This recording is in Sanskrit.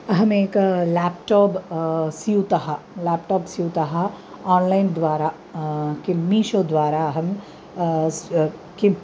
अहमेकं लेप्टाब् स्यूतं लेप्टाप् स्यूतम् आन्लैन् द्वारा किं मीशो द्वारा अहं स्वयं किं